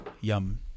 Yum